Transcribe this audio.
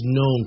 no